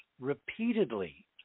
repeatedly